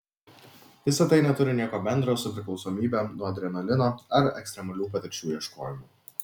visa tai neturi nieko bendro su priklausomybe nuo adrenalino ar ekstremalių patirčių ieškojimu